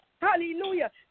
hallelujah